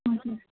हजुर